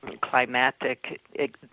climatic